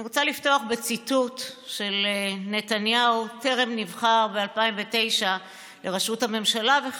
אני רוצה לפתוח בציטוט של נתניהו בטרם נבחר לראשות הממשלה ב-2009.